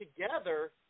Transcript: together